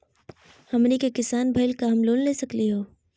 हमनी के किसान भईल, का हम लोन ले सकली हो?